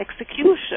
execution